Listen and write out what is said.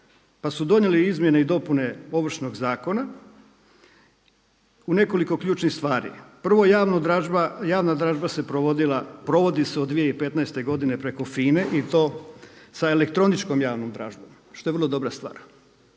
pa su donijeli izmjene i dopune Ovršnog zakona u nekoliko ključnih stvari. Prvo javna dražba se provodila, provodi se od 2015. godine preko FINA-e i to sa elektroničkom javnom dražbom što je vrlo dobra stvar.